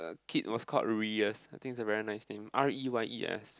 kid was called Reyes I think is a very nice name R E Y E S